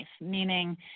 meaning